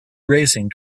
racing